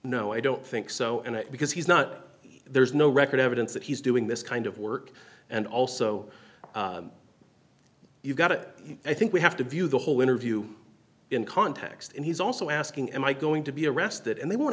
no i don't think so and because he's not there's no record evidence that he's doing this kind of work and also you've got to i think we have to view the whole interview in context and he's also asking am i going to be arrested and they w